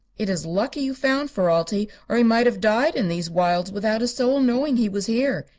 it is lucky you found ferralti, or he might have died in these wilds without a soul knowing he was here.